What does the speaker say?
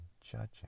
judging